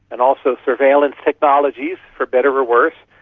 and also surveillance technologies, for better or worse,